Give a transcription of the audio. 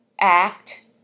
act